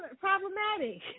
problematic